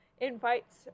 invites